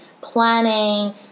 planning